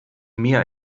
mehr